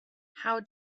how